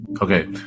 Okay